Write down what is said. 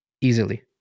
easily